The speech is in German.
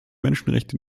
menschenrechte